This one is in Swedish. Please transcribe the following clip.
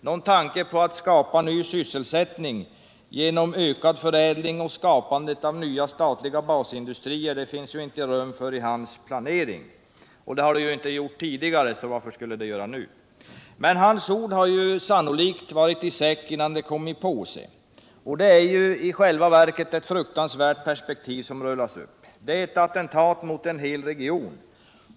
Någon tanke på att skapa ny sysselsättning genom ökad förädling och skapandet av nya statliga basindustrier finns det inte rum för i hans planering. Men det har det ju aldrig gjort tidigare, så varför skulle det göra det nu? Bertil Olssons ord har sannolikt varit i säck innan de kom i påse. Det är i själva verket ett fruktansvärt perspektiv som rullas upp. Det är ett attentat mot en hel region.